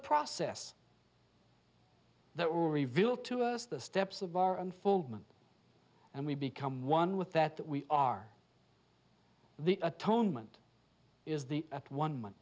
process that will reveal to us the steps of our unfoldment and we become one with that that we are the atonement is the one month